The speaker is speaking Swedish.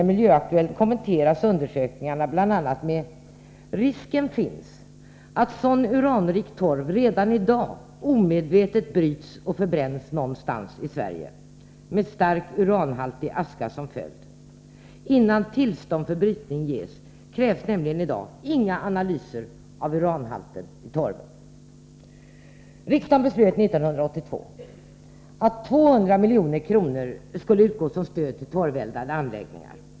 I Miljöaktuellt sägs bl.a. att ”risken finns att sådan uranrik torv redan idag omedvetet bryts och förbränns någonstans i Sverige. Med starkt uranhaltig aska som följd. Innan tillstånd för brytning ges krävs nämligen idag inga analyser av uranhalten i torven.” Riksdagen beslöt 1982 att 200 milj.kr. skulle utgå som stöd till torveldade anläggningar.